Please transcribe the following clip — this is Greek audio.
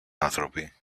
άνθρωποι